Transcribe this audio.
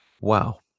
wow